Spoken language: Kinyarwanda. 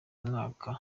mwaka